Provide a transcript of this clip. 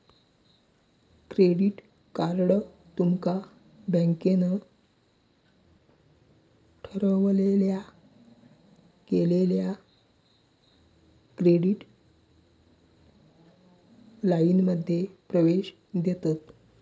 credit card तुमका बँकेन ठरवलेल्या केलेल्या क्रेडिट लाइनमध्ये प्रवेश देतत